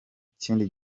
kindi